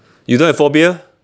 you don't have phobia